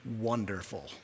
wonderful